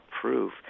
proof